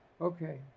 Okay